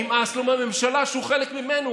נמאס לו מהממשלה שהוא חלק ממנה,